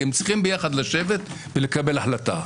הם צריכים ביחד לשבת ולקבל החלטה.